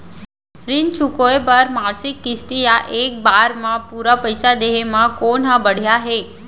ऋण चुकोय बर मासिक किस्ती या एक बार म पूरा पइसा देहे म कोन ह बढ़िया हे?